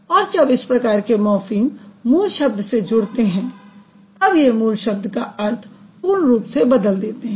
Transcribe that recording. और जब इस प्रकार के मॉर्फ़िम मूल शब्द से जुड़ते हैं तब ये मूल शब्द का अर्थ पूर्ण रूप से बदल देते हैं